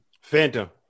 Phantom